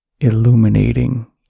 illuminating